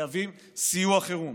שחייבים סיוע חירום.